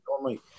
normally